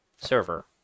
server